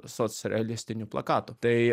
socrealistinių plakatų tai